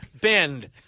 bend